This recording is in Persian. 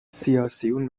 سیاسیون